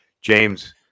James